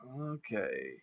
Okay